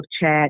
chat